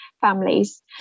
families